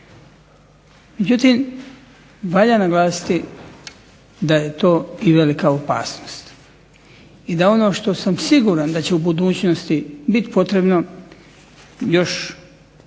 Međutim valja naglasiti da je to i velika opasnost, i da ono što sam siguran da će u budućnosti biti potrebno još